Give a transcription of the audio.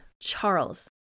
Charles